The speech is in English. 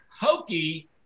hokey